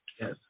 yes